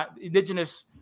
indigenous